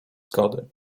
zgody